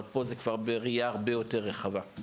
אבל פה זה כבר בראייה הרבה יותר רחבה.